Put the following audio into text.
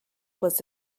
was